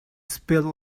spilled